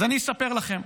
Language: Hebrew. אז אני אספר לכם.